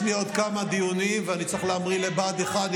יש לי עוד כמה דיונים, ואני צריך להמריא לבה"ד 1,